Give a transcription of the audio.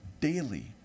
daily